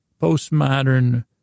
postmodern